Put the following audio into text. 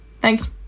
Thanks